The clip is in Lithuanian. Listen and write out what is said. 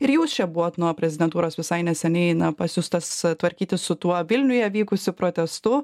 ir jūs čia buvot nuo prezidentūros visai neseniai pasiųstas tvarkytis su tuo vilniuje vykusiu protestu